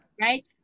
right